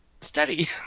study